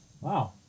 Wow